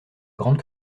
grande